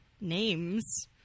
names